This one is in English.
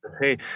hey